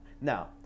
Now